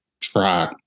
try